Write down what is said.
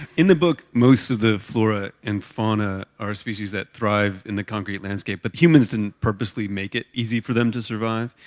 in the book, most of the flora and fauna are species that thrive in the concrete landscape. but humans didn't purposely make it easy for them to survive.